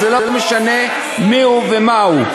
וזה לא משנה מיהו ומהו.